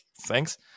thanks